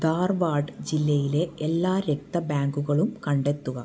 ധാർവാഡ് ജില്ലയിലെ എല്ലാ രക്ത ബാങ്കുകളും കണ്ടെത്തുക